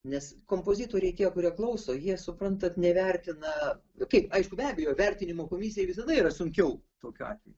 nes kompozitoriai tie kurie klauso jie suprantat nevertina kaip aišku be abejo vertinimo komisijai visada yra sunkiau tokiu atveju